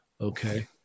Okay